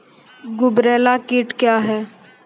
गुबरैला कीट क्या हैं?